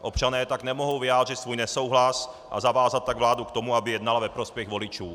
Občané tak nemohou vyjádřit svůj nesouhlas, a zavázat tak vládu k tomu, aby jednala ve prospěch voličů.